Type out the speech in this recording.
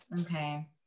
okay